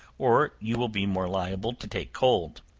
or you will be more liable to take cold.